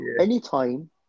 anytime